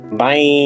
Bye